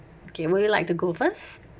okay would you like to go first